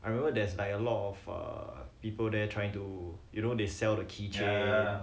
I remember there's like a lot of err people they trying to you know they sell the keychain